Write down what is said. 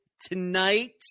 tonight